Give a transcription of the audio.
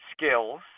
skills